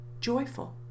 joyful